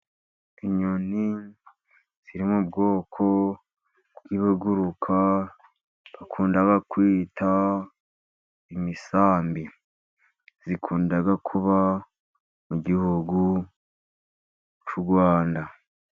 Inyoni ziri mu bwoko bw'ibiguruka bakunda kwita imisambi, zikunda kuba mu gihugu cy'u Rwanda.